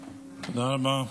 לו.